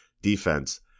defense